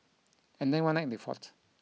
and then one night they fought